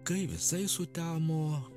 kai visai sutemo